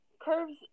curves